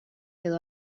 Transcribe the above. edo